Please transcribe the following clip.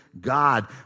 God